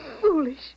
foolish